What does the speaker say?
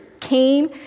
came